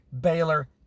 Baylor